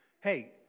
Hey